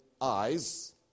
eyes